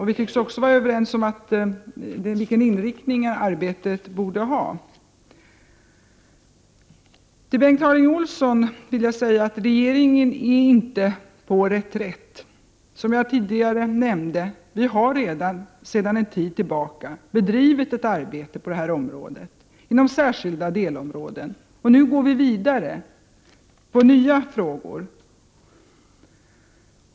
Vi tycks också vara överens om vilken inriktning arbetet bör ha. Till Bengt Harding Olson vill jag säga att regeringen inte är på reträtt. Som jag tidigare nämnde har vi sedan en tid tillbaka bedrivit ett arbete härvidlag inom särskilda delområden. Nu går vi vidare med nya frågor.